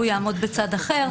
הוא יעמוד בצד אחר.